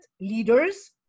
leaders